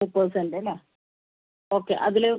മുപ്പത് സെൻ്റ അല്ലേ ഓക്കെ അതില്